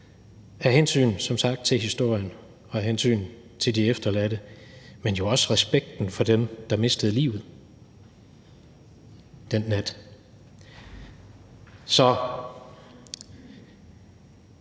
af hensyn til historien og af hensyn til de efterladte, men jo også af respekt for dem, der mistede livet den nat.